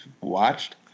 watched